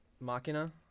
Machina